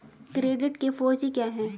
Credit के four C क्या हैं?